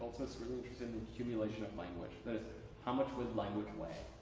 really interested in the accumulation of language. how much would language weigh?